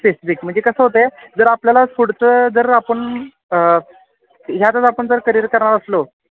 specific म्हणजे कसं होत आहे जर आपल्याला पुढचं जर आपण ह्यातच आपण जर करिअर करणार असलो